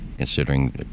Considering